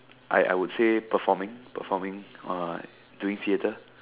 I I would say performing performing uh doing theatre